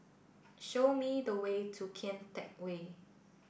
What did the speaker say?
show me the way to Kian Teck Way